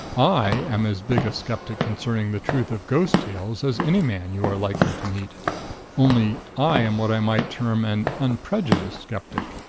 i am as big a skeptic concerning the truth of ghost tales as any man you are likely to meet only i am what i might term an unprejudiced skeptic.